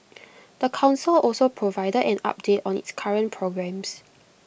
the Council also provided an update on its current programmes